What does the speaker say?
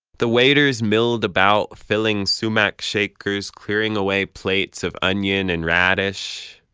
the waiters milled about, filling sumac shakers, clearing away plates of onion and radish.